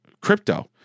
crypto